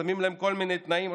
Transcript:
שמים להם כל מיני תנאים,